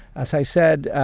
as i said,